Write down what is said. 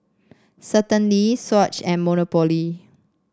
Certainty Swatch and Monopoly